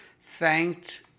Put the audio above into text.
thanked